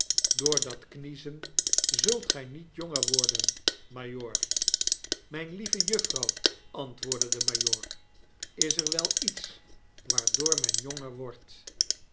dat kniezen zult gy niet jonger worden majoor myn lieve juffrouw antwoordde de majoor is er wel iets waardoor men jonger wordt